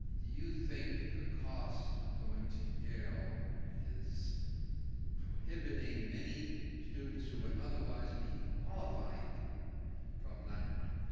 you think the cost of going to yale is prohibiting many students who would otherwise be qualified from not going?